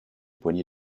poignée